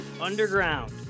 underground